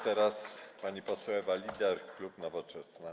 Teraz pani poseł Ewa Lieder, klub Nowoczesna.